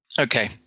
Okay